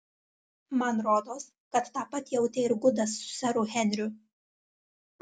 man rodos kad tą pat jautė ir gudas su seru henriu